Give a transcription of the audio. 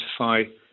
identify